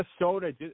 Minnesota